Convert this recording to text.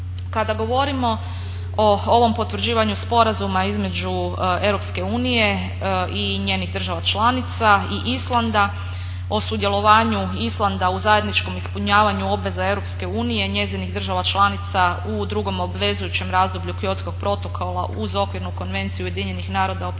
Kada govorimo o ovom potvrđivanju sporazuma između EU i njenih država članica i Islanda o sudjelovanju Islanda u zajedničkom ispunjavanju obveza EU, njezinih država članica u drugom obvezujućem razdoblju Kyotskog protokola uz Okvirnu konvenciju UN-a o promjeni